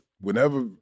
whenever